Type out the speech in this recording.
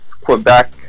Quebec